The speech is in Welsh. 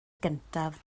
gyntaf